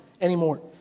anymore